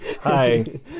Hi